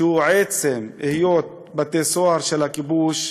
שהוא עצם היות בתי-סוהר של הכיבוש,